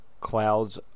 Clouds